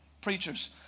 preachers